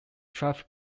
traffic